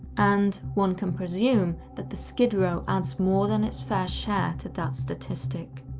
and, one can presume that the skid row adds more than its fair share to that statistic.